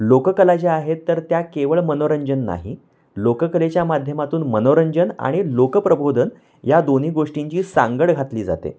लोककला ज्या आहेत तर त्या केवळ मनोरंजन नाही लोककलेच्या माध्यमातून मनोरंजन आणि लोकप्रबोधन या दोन्ही गोष्टींची सांगड घातली जाते